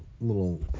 little